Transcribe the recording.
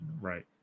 right